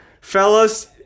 fellas